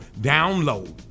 download